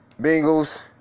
Bengals